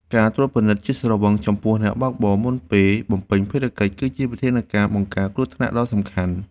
ការត្រួតពិនិត្យជាតិស្រវឹងចំពោះអ្នកបើកបរមុនពេលបំពេញភារកិច្ច គឺជាវិធានការបង្ការគ្រោះថ្នាក់ដ៏សំខាន់។